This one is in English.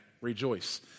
rejoice